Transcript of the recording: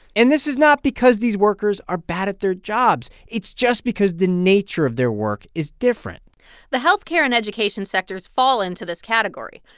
and this is not because these workers are bad at their jobs. it's just because the nature of their work is different the health care and education sectors fall into this category.